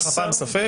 היה לך פעם ספק?